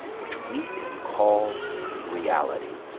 which we can call reality,